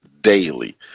daily